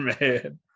man